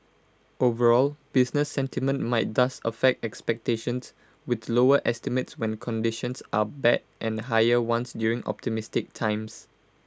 overall business sentiment might thus affect expectations with lower estimates when conditions are bad and higher ones during optimistic times